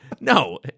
No